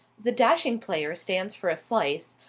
the dashing player stands for a slice,